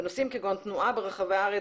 בנושאים כגון: תנועה ברחבי הארץ,